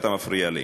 אתה מפריע לי.